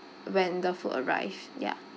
when the food arrive ya